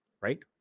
Right